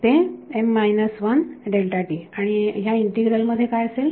ते आणि ह्या इंटीग्रल मध्ये काय असेल